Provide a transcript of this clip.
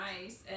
nice